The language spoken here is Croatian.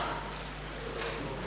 Hvala.